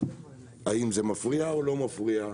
האם זה מפריע או לא מפריע?